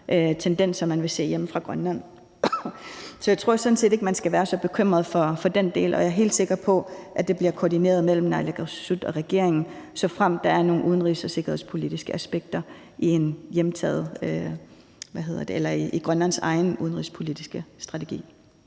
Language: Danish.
tendenser, man vil se hjemme i Grønland. Så jeg tror sådan set ikke, man skal være så bekymret for den del, og jeg er helt sikker på, at det bliver koordineret mellem naalakkersuisut og regeringen, såfremt der er nogle udenrigspolitiske og sikkerhedspolitiske aspekter i Grønlands egen udenrigspolitiske strategi.